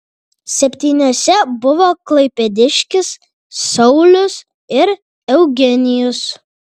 septyniuose buvo klaipėdiškis saulius ir eugenijus